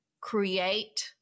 create